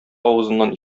авызыннан